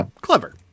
clever